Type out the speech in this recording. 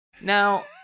Now